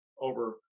over